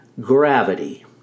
gravity